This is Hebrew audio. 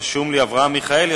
רשום לי אברהם מיכאלי,